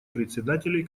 председателей